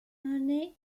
mêlée